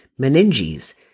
meninges